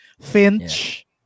Finch